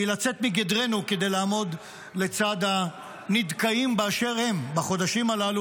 היא לצאת מגדרנו כדי לעמוד לצד הנדכאים באשר הם בחודשים הללו.